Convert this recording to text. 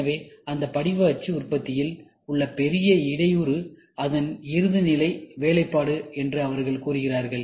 எனவே அந்த படிவ அச்சு உற்பத்தியில் உள்ள பெரிய இடையூறு அதன் இறுதிநிலை வேலைப்பாடு என்று அவர்கள் கூறுகிறார்கள்